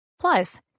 Plus